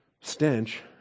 stench